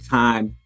time